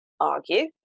argue